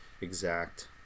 exact